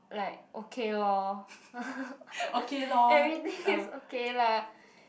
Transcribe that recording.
like okay lor everything is okay lah